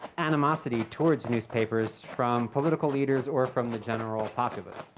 animosity towards newspapers from political leaders or from the general populace.